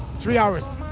three hours.